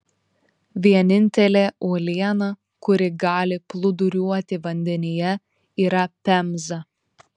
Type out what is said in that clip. vienintelė uoliena kuri gali plūduriuoti vandenyje yra pemza